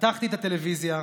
פתחתי את הטלוויזיה,